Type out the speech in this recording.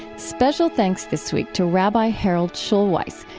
special thanks this week to rabbi harold schulweis,